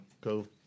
Cool